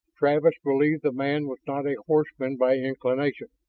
travis believed the man was not a horseman by inclination.